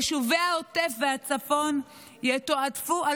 יישובי העוטף והצפון יתועדפו,